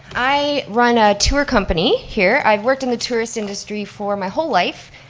i run a tour company here. i've worked in the tourist industry for my whole life,